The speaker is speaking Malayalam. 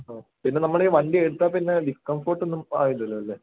ആ പിന്നെ നമ്മൾ ഈ വണ്ടിയെടുത്താൽ പിന്നെ ഡിസ്കംഫോട്ടോന്നും ആവില്ലല്ലോ അല്ലേ